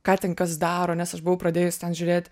ką ten kas daro nes aš buvau pradėjus ten žiūrėt